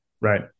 Right